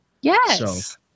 Yes